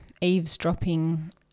eavesdropping